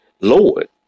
Lord